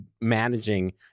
managing